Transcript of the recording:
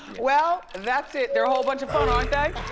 well that's it they're a whole bunch of fun aren't they?